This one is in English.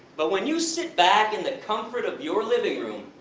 but when you sit back in the comfort of your living room,